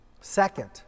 Second